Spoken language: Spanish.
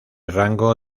rango